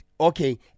okay